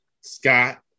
Scott